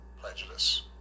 prejudice